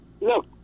Look